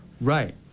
Right